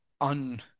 un